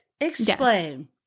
Explain